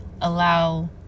allow